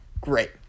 Great